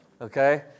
Okay